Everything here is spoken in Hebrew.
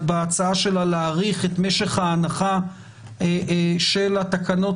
בהצעה שלה להאריך את משך ההנחה של התקנות